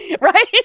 right